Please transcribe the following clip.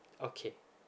okay